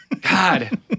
God